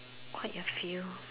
quite a few